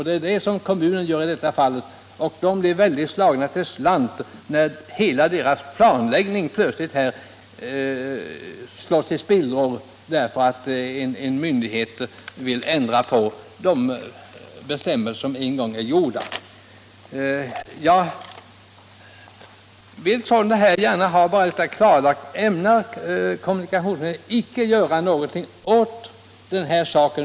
Det är vad kommunens företrädare gör i detta fall, men de blev fullständigt slagna till slant när hela deras planläggning plötsligt faller i spillror för att en myndighet vill ändra de bestämmelser som en gång är givna. Jag vill sålunda gärna ha detta klarlagt. Ämnar kommunikationsministern icke göra någonting åt den här saken?